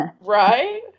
right